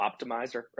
optimizer